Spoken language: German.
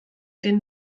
den